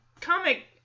comic